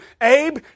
Abe